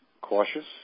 cautious